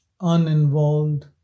uninvolved